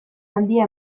handia